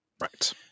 Right